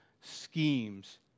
schemes